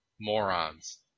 Morons